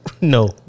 No